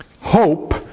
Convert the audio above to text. hope